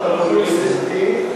עסקי,